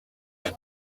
them